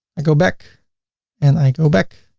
i go back and i go back,